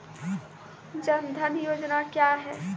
जन धन योजना क्या है?